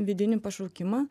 vidinį pašaukimą